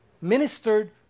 ministered